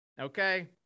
Okay